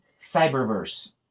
Cyberverse